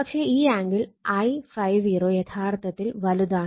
പക്ഷെ ഈ angle I ∅0 യഥാർത്ഥത്തിൽ വലുതാണ്